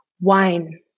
wine